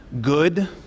good